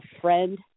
friend